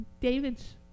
David's